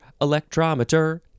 electrometer